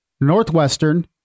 Northwestern